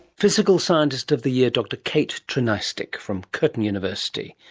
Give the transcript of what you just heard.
physical scientist of the year, dr kate trinajstic from curtin university.